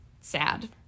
sad